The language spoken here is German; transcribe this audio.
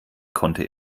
konnte